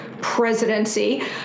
presidency